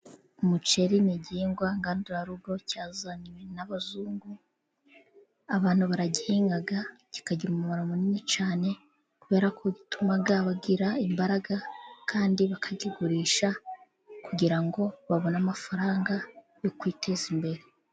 Umuceri ni igihingwa ngandurarugo cyazanywe n'abazungu, abantu baragihinga kikagira umumaro munini cyane, kubera ko gituma bagira imbaraga kandi bakakigurisha kugira ngo babone amafaranga yo kwiteza imbere.